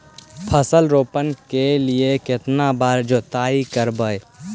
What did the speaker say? फसल रोप के लिय कितना बार जोतई करबय?